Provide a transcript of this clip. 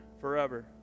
forever